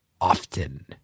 often